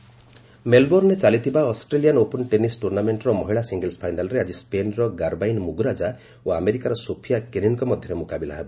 Australia Open ମେଲ୍ବୋର୍ଷରେ ଚାଲିଥିବା Australian Open tennis ଟୁର୍ଣ୍ଣାମେଣ୍ଟର ମହିଳା ସିଙ୍ଗଲ୍ସ୍ ଫାଇନାଲ୍ରେ ଆଜି ସ୍କେନ୍ର ଗାର୍ବାଇନ୍ ମୁଗୁରୁଜା ଓ ଆମେରିକାର ସୋଫିଆ କେନିନ୍ଙ୍କ ମଧ୍ୟରେ ମୁକାବିଲା ହେବ